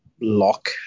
lock